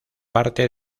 parte